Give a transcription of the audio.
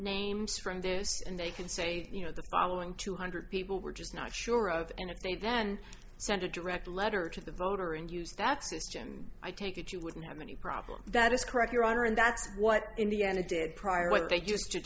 there and they can say you know the following two hundred people we're just not sure of and if they then send a direct letter to the voter and use that system i take it you wouldn't have any problem that is correct your honor and that's what indiana did prior what they used to